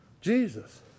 Jesus